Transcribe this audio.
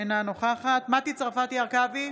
אינה נוכחת מטי צרפתי הרכבי,